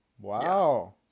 wow